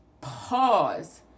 Pause